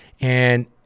And-